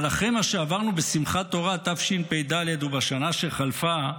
אבל אחרי מה שעברנו בשמחת תורה תשפ"ד ובשנה שחלפה,